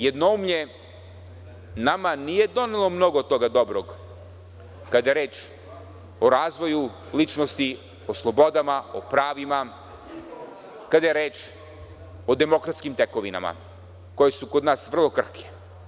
Jednoumlje nama nije donelo mnogo toga dobrog, kada je reč o razvoju ličnosti, o slobodama, o pravima, kada je reč o demokratskim tekovinama koje su kod nas vrlo krhke.